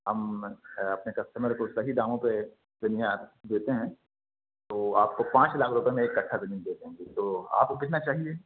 ہم اپنے کسٹمر کو صحیح داموں پہ دیتے ہیں تو آپ کو پانچ لاکھ روپے میں ایک کٹھہ زمین دے دیں گے تو آپ کو کتنا چاہیے